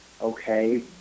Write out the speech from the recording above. okay